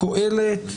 קהלת.